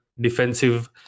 defensive